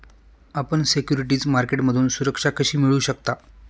आपण सिक्युरिटीज मार्केटमधून सुरक्षा कशी मिळवू शकता?